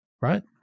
right